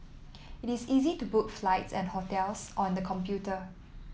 it is easy to book flights and hotels on the computer